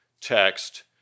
text